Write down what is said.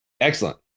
excellent